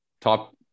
Top